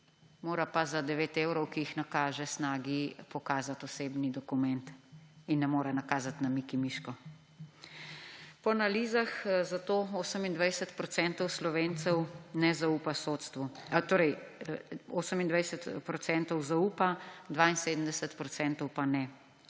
mora pa za 9 evrov, ki jih nakaže Snagi, pokazati osebni dokument in ne more nakazati na Miki Miško. Po analizah zato 28 % Slovencev zaupa sodstvu, 72 % pa ne.